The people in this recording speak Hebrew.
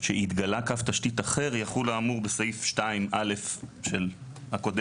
שהתגלה קו תשתית אחר יחול האמור בסעיף 2(א) הקודם,